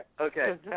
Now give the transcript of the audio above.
Okay